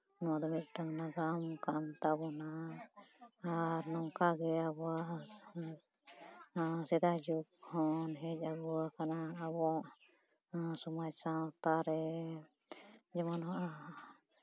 ᱱᱚᱣᱟ ᱫᱚ ᱢᱤᱫᱴᱮᱱ ᱱᱟᱜᱟᱢ ᱠᱟᱱ ᱛᱟᱵᱚᱱᱟ ᱟᱨ ᱱᱚᱝᱠᱟᱜᱮ ᱟᱵᱚᱣᱟᱜ ᱥᱮᱫᱟᱭ ᱡᱩᱜᱽ ᱦᱚᱸ ᱦᱮᱡ ᱟᱹᱜᱩ ᱟᱠᱟᱱᱟ ᱟᱵᱚ ᱥᱚᱢᱟᱡᱽ ᱥᱟᱶᱛᱟ ᱨᱮ ᱡᱮᱢᱚᱱ ᱱᱚᱣᱟ